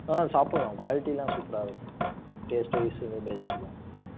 ஆ சாப்பிடலாம் க்வாலிட்டிலாம் சூப்பராக இருக்கும் டேஸ்ட்டு வைஸும் பெஸ்ட்டு தான்